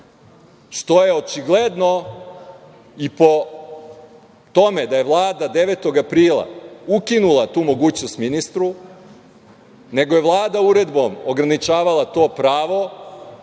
što je očigledno i po tome da je Vlada 9. aprila ukinula tu mogućnost ministru, nego je Vlada uredbom ograničavala to pravo,